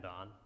on